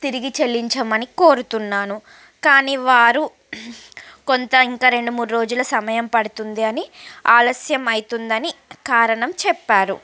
తిరిగి చెల్లించమని కోరుతున్నాను కాని వారు కొంత ఇంకా రెండు మూడు రోజుల సమయం పడుతుంది అని ఆలస్యం అవుతుందని కారణం చెప్పారు